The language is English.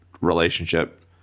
relationship